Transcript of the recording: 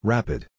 Rapid